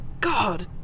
God